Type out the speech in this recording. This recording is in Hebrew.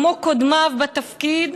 כמו קודמיו בתפקיד,